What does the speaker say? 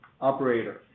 operator